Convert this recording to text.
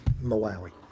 Maui